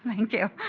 thank you.